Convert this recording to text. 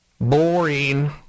Boring